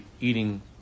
eating